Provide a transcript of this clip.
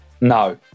No